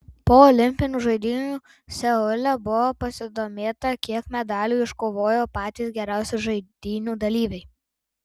po olimpinių žaidynių seule buvo pasidomėta kiek medalių iškovojo patys geriausi žaidynių dalyviai